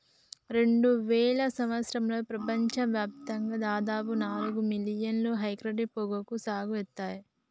రెండువేల సంవత్సరంలో ప్రపంచ వ్యాప్తంగా దాదాపు నాలుగు మిలియన్ల హెక్టర్ల పొగాకు సాగు సేత్తున్నర్